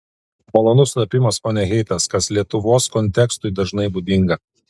malonus sutapimas o ne heitas kas lietuvos kontekstui dažnai būdinga